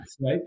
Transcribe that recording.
Right